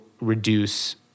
reduce